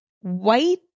white